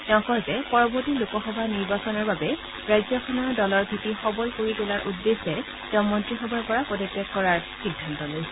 তেওঁ কয় যে পৰৱৰ্তী লোকসভা নিৰ্বাচনৰ বাবে ৰাজ্যখনৰ দলৰ ভেঁটি সবল কৰি তোলাৰ উদ্দেশ্যে তেওঁ মন্ত্ৰীসভাৰ পৰা পদত্যাগ কৰাৰ সিদ্ধান্ত লৈছে